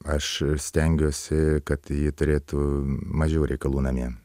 aš stengiuosi kad ji turėtų mažiau reikalų namie